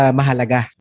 mahalaga